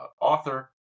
author